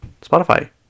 Spotify